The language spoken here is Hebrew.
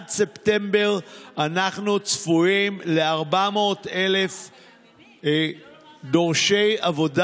ועד ספטמבר אנחנו צפויים ל-400,000 דורשי עבודה.